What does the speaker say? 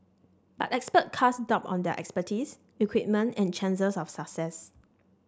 but experts cast doubt on their expertise equipment and chances of success